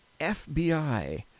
FBI